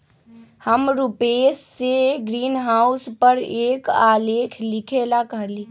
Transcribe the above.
हम रूपेश से ग्रीनहाउस पर एक आलेख लिखेला कहली